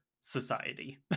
society